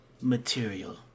material